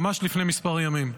ממש לפני כמה ימים.